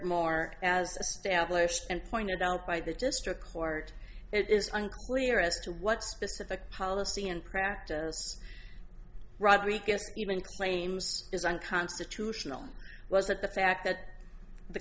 more as a stale blushed and pointed out by the district court it is unclear as to what specific policy in practice rodriguez even claims is unconstitutional was it the fact that the